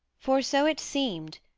for so it seemed,